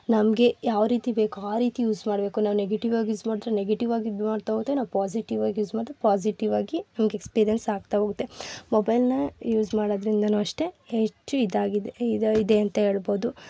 ನಮಗೆ ಯಾವ ರೀತಿ ಬೇಕೋ ಆ ರೀತಿ ಯೂಸ್ ಮಾಡಬೇಕು ನಾವು ನೆಗಿಟಿವ್ ಆಗಿ ಯೂಸ್ ಮಾಡಿದ್ರೆ ನೆಗಿಟಿವ್ ಆಗಿ ಇದು ಮಾಡ್ತಾಹೋದರೆ ನಾವು ಪೋಝಿಟಿವ್ ಆಗಿ ಯೂಸ್ ಮಾಡಿದ್ರೆ ಪೋಝಿಟಿವ್ ಆಗಿ ನಮಗೆ ಎಕ್ಸ್ಪಿರಿಯನ್ಸ್ ಆಗ್ತಾಹೋಗುತ್ತೆ ಮೊಬೈಲ್ನ ಯೂಸ್ ಮಾಡೋದ್ರಿಂದನೂ ಅಷ್ಟೇ ಹೆಚ್ಚು ಇದಾಗಿದೆ ಇದೆ ಅಂತ ಹೇಳ್ಬೊದು